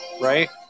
right